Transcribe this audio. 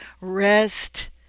rest